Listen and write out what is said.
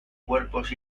cuerpos